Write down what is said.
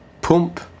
Pump